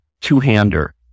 two-hander